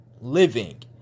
living